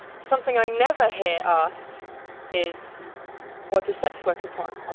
something i never hear asked is what do sex workers want?